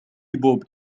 بوب